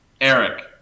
Eric